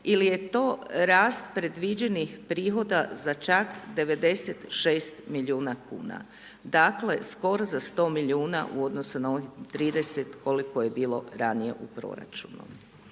ili je to rast predviđenih prihoda, za čak 96 milijuna kn. Dakle, skoro za 100 milijuna u odnosu na onih 30 koliko je bilo ranije u proračunu.